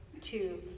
two